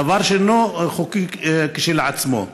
דבר שאינו חוקי כשלעצמו.